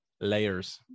Layers